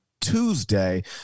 Tuesday